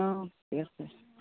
অঁ ঠিক আছে